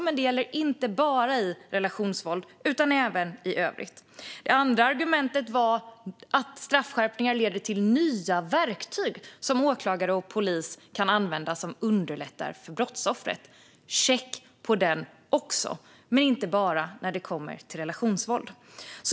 Men det gäller inte bara relationsvåld utan även i övrigt. Det andra argumentet var att straffskärpningar leder till nya verktyg som åklagare och polis kan använda och som underlättar för brottsoffret. Jag säger "check" på den också - men inte bara när det kommer till relationsvåld.